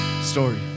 story